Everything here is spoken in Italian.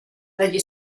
dagli